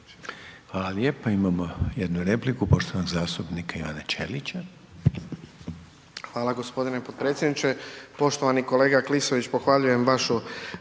Hvala lijepa. Imamo jednu repliku poštovanog zastupnika Ivana Ćelića. **Ćelić, Ivan (HDZ)** Hvala g. potpredsjedniče. Poštovani kolega Klisović, pohvaljujem vašu